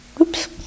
Oops